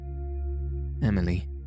Emily